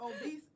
obese